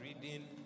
reading